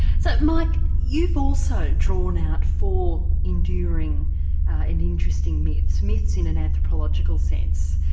so mike you've also drawn out four enduring and interesting myths, myths in an anthropological sense,